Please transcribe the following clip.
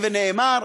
ונאמר,